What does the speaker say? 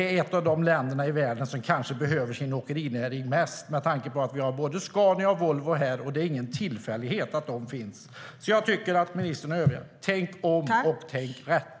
Vi är ett av de länder i världen som kanske behöver sin åkerinäring mest, med tanke på att vi har både Scania och Volvo här. Det är ingen tillfällighet att de finns här. Till ministern och övriga vill jag säga: Tänk om och tänk rätt!